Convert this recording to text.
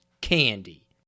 candy